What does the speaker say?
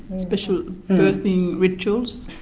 special birthing rituals.